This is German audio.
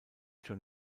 schon